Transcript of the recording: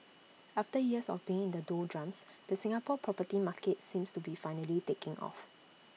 after years of being in the doldrums the Singapore property market seems to be finally taking off